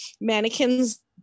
mannequins